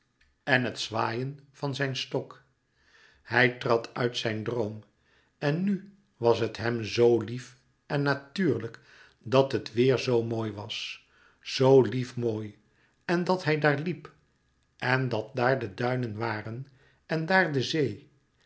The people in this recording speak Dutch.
en het zwaaien van zijn stok hij trad uit zijn droom en nu was het hem zoo lief en natuurlijk dat het weêr zoo mooi was zoo lief mooi en dat hij daar liep en dat daar de duinen waren en dàar de zee